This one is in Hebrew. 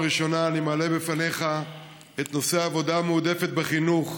לא בפעם הראשונה אני מעלה בפניך את נושא העבודה המועדפת בחינוך.